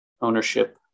ownership